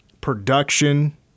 production